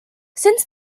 since